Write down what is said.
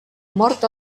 mort